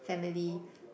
family